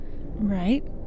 Right